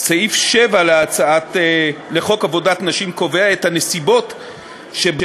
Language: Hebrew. סעיף 7 לחוק עבודת נשים קובע את הנסיבות שבהן